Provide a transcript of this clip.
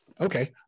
okay